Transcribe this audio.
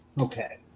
Okay